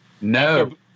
No